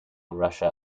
russia